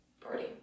party